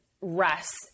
rest